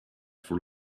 for